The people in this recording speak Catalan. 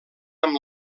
amb